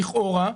לכאורה.